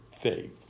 faith